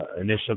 initial